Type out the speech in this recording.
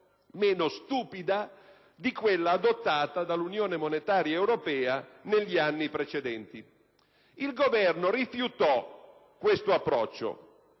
meno stupida di quella adottata dall'Unione monetaria europea negli anni precedenti. Il Governo rifiutò questo approccio.